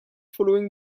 following